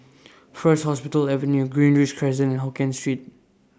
First Hospital Avenue Greenridge Crescent Hokkien Street